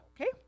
okay